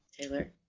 taylor